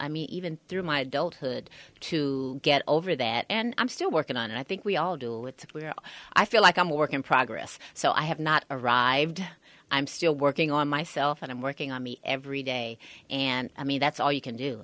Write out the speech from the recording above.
i mean even through my adulthood to get over that and i'm still working on and i think we all do with that where i feel like i'm work in progress so i have not arrived i'm still working on myself and i'm working on me every day and i mean that's all you can do